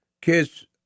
kids